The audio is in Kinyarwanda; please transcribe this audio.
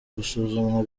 gusuzumwa